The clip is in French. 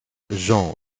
jean